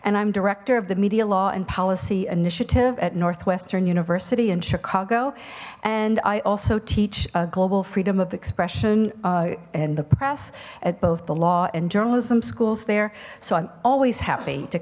and i'm director of the media law and policy initiative at northwestern university in chicago and i also teach a global freedom of expression in the press at both the law and journalism schools there so i'm always happy to